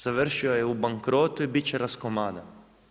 Završio je u bankrotu i bit će raskomadan.